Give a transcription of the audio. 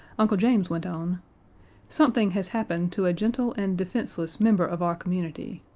uncle james went on something has happened to a gentle and defenseless member of our community.